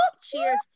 cheers